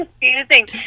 Confusing